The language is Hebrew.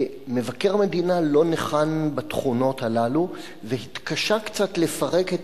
מבקר המדינה לא ניחן בתכונות הללו והתקשה קצת לפרק את